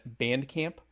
Bandcamp